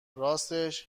راستش